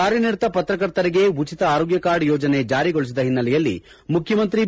ಕಾರ್ಯನಿರತ ಪತ್ರಕರ್ತರಿಗೆ ಉಚಿತ ಆರೋಗ್ಯ ಕಾರ್ಡ್ ಯೋಜನೆ ಜಾರಿಗೊಳಿಸಿದ ಹಿನ್ನೆಲೆಯಲ್ಲಿ ಮುಖ್ಯಮಂತ್ರಿ ಬಿ